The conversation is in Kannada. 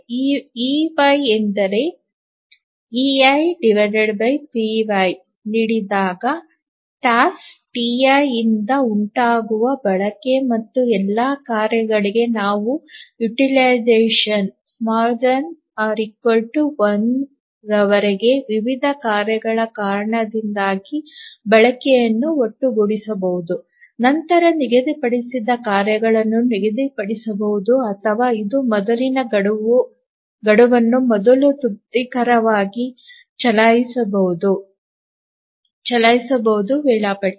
e y ಎಂದರೆ eipi ನೀಡಿದಾಗ ಟಾಸ್ಕ್ ti ಯಿಂದ ಉಂಟಾಗುವ ಬಳಕೆ ಮತ್ತು ಎಲ್ಲಾ ಕಾರ್ಯಗಳಿಗೆ ನಾವು utilization ≤ 1 ರವರೆಗೆ ವಿವಿಧ ಕಾರ್ಯಗಳ ಕಾರಣದಿಂದಾಗಿ ಬಳಕೆಯನ್ನು ಒಟ್ಟುಗೂಡಿಸಬಹುದು ನಂತರ ನಿಗದಿಪಡಿಸಿದ ಕಾರ್ಯಗಳನ್ನು ನಿಗದಿಪಡಿಸಬಹುದು ಅಥವಾ ಇದು ಮೊದಲಿನ ಗಡುವನ್ನು ಮೊದಲು ತೃಪ್ತಿಕರವಾಗಿ ಚಲಾಯಿಸಬಹುದು ವೇಳಾಪಟ್ಟಿ